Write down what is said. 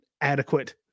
adequate